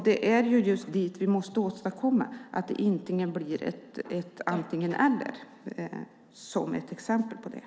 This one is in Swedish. Det är just det vi måste åstadkomma, att det inte blir ett antingen-eller.